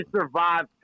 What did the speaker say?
survived